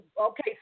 okay